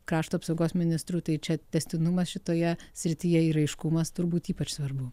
krašto apsaugos ministru tai čia tęstinumas šitoje srityje ir aiškumas turbūt ypač svarbu